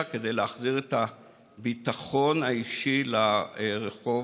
כדי להחזיר את הביטחון האישי לרחוב,